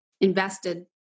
invested